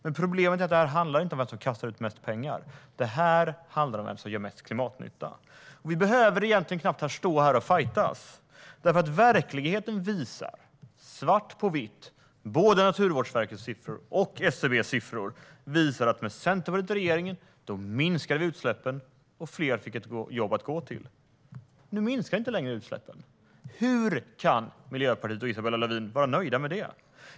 Men det handlar inte om vem som kastar ut mest pengar utan om vem som gör mest klimatnytta. Vi behöver inte ens stå här och fajtas, för verkligheten visar svart på vitt, både med Naturvårdsverkets siffror och med SCB:s siffror, att med Centerpartiet i regeringen minskade utsläppen och fler fick ett jobb att gå till. Nu minskar inte utsläppen längre. Hur kan Miljöpartiet och Isabella Lövin vara nöjda med det?